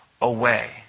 away